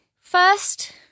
First